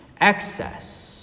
excess